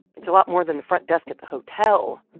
it's a lot more than the front desk at the hotel,